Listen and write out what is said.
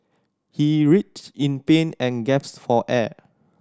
he writhed in pain and gaps for air